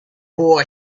boy